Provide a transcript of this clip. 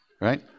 Right